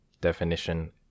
Definition